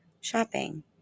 shopping